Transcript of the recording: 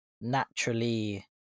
naturally